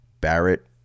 Barrett